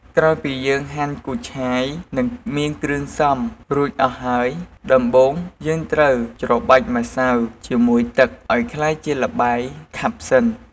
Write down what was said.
ក្រោយពីយើងហាន់គូឆាយ និងមានគ្រឿងផ្សំរួចអស់ហើយ ដំបូងយើងត្រូវច្របាច់ម្សៅជាមួយទឹកឱ្យក្លាយជាល្បាយខាប់សិន។